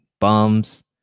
bums